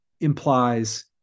implies